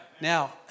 Now